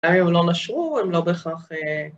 ‫אולי הם לא נשרו, הם לא בהכרח.אמ...ה...